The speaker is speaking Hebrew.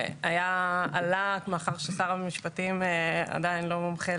עלה שמאחר ששר המשפטים עדיין לא מומחה